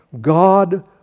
God